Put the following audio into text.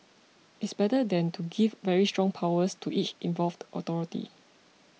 it's better than to give very strong powers to each involved authority